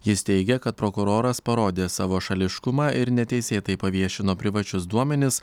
jis teigia kad prokuroras parodė savo šališkumą ir neteisėtai paviešino privačius duomenis